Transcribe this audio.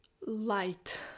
light